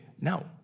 No